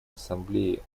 ассамблеи